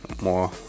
more